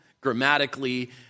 grammatically